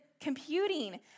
computing